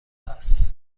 است